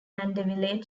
mandeville